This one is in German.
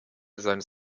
seines